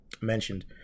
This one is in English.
mentioned